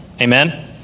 Amen